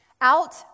Out